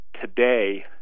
today